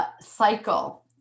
cycle